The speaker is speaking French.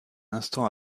instant